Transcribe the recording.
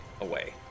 away